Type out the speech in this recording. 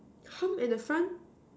hump at the front